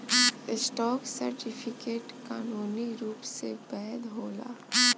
stock certificate कानूनी रूप से वैध होला